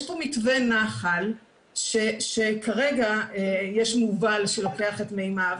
יש פה מתווה נחל שכרגע יש מובל שלוקח את מימיו,